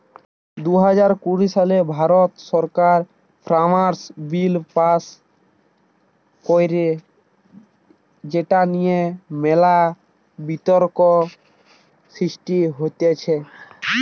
দুই হাজার কুড়ি সালে ভারত সরকার ফার্মার্স বিল পাস্ কইরে যেটা নিয়ে মেলা বিতর্ক সৃষ্টি হতিছে